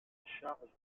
charge